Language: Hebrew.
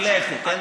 מילאתי.